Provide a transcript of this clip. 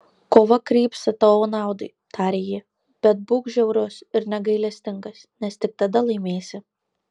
kova krypsta tavo naudai tarė ji bet būk žiaurus ir negailestingas nes tik tada laimėsi